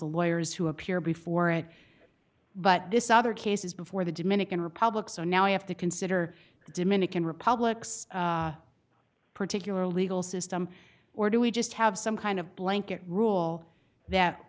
the lawyers who appear before it but this other cases before the dominican republic so now we have to consider the dominican republic particular legal system or do we just have some kind of blanket rule that